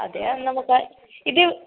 അത് ആ നമുക്ക് ഇത്